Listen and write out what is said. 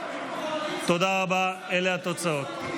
תודה רבה, אלה התוצאות.